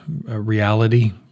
reality